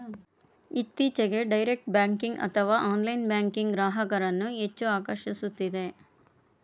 ಇತ್ತೀಚೆಗೆ direct banking ಅಥವಾ online banking ಗ್ರಾಹಕರನ್ನು ಹೆಚ್ಚು ಆಕರ್ಷಿಸುತ್ತಿದೆ